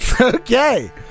Okay